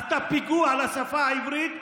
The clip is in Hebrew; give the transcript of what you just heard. עשתה פיגוע לשפה העברית,